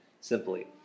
simply